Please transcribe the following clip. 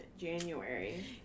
January